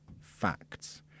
facts